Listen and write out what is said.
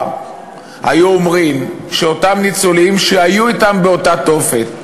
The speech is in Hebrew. היו אומרים שאותם ניצולים שהיו אתם באותו תופת,